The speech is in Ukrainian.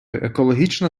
екологічна